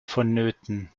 vonnöten